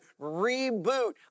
reboot